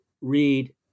read